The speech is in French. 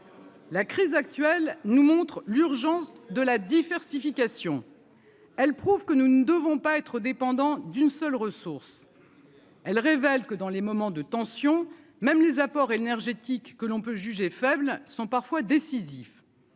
la crise actuelle nous montre l'urgence de la diversification, elle prouve que nous ne devons pas être dépendant d'une seule ressource, elle révèle que dans les moments de tension, même les apports énergétiques que l'on peut juger faible sont parfois décisif,